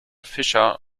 fischer